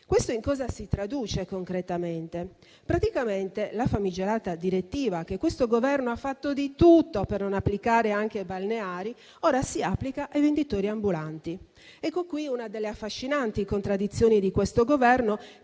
Questo in cosa si traduce concretamente? La famigerata direttiva, che questo Governo ha fatto di tutto per non applicare anche ai balneari, ora si applica ai venditori ambulanti. Ecco una delle affascinanti contraddizioni di questo Governo,